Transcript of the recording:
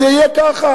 זה יהיה ככה.